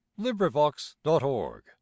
LibriVox.org